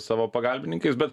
savo pagalbininkais bet